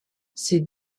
ces